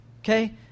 Okay